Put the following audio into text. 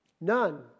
none